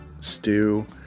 stew